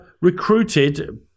recruited